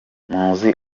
muzi